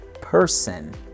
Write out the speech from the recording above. person